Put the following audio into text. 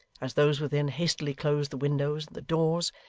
as those within hastily closed the windows and the doors,